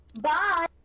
BYE